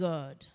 God